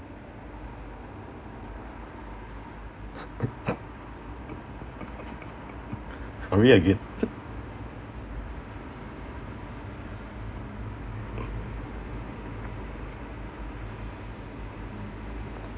sorry again